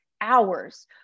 hours